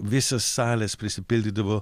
visos salės prisipildydavo